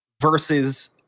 versus